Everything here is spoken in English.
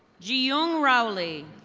ji ong rowley.